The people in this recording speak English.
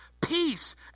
peace